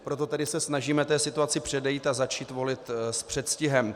Proto se snažíme té situaci předejít a začít volit s předstihem.